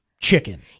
chicken